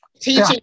Teaching